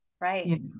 Right